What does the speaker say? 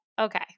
okay